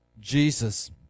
Jesus